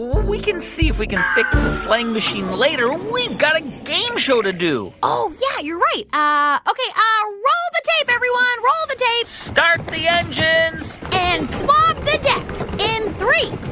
we can see if we can fix the slang machine later. we've got a game show to do oh, yeah. you're right. ah ok, ah roll the tape, everyone. roll the tape start the engines and swab in three,